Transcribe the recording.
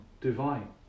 divine